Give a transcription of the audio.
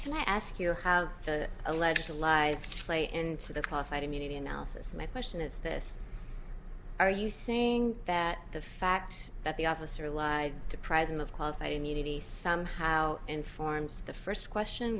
can i ask you how the alleged lies play into the qualified immunity analysis my question is this are you saying that the fact that the officer lied to prise him of qualified immunity somehow informs the first question